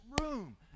room